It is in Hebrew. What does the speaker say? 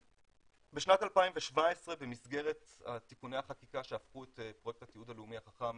בשנת 2017 במסגרת תיקוני החקיקה שהפכו את פרויקט התיעוד הלאומי החכם,